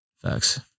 facts